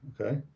Okay